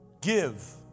Give